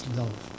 love